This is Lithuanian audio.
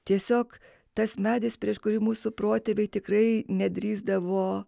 tiesiog tas medis prieš kurį mūsų protėviai tikrai nedrįsdavo